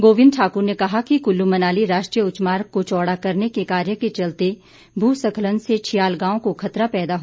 गोबिंद ठाक्र ने कहा कि कुल्लू मनाली राष्ट्रीय उच्च मार्ग को चौड़ा करने के कार्य के चलते भूस्खलन से छियाल गांव को खतरा पैदा हो गया है